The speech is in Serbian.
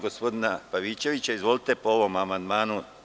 Gospodine Pavićeviću, izvolite po ovom amandmanu.